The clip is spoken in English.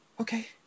Okay